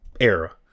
era